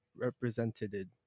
Represented